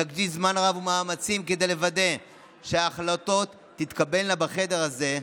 נקדיש זמן רב ומאמצים כדי לוודא שהחלטות תתקבלנה בחדר הזה,